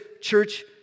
church